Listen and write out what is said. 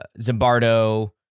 zimbardo